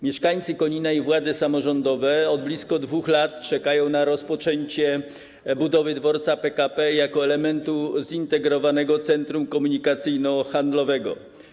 Mieszkańcy Konina i władze samorządowe od blisko 2 lat czekają na rozpoczęcie budowy dworca PKP jako elementu zintegrowanego centrum komunikacyjno-handlowego.